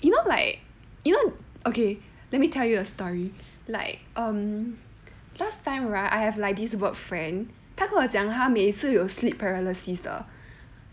you know like you know okay let me tell you a story like um last time right I have like this work friend 他跟我讲他每次有 you sleep paralysis 的